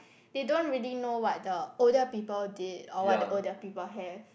they don't really know what the older people did or what the older people have